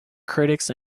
critics